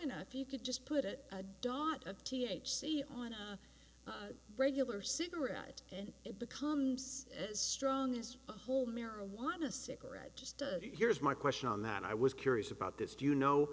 enough you could just put a dot of t h c on our radio or cigarette and it becomes as strong as a whole marijuana cigarette just here's my question on that i was curious about this do you know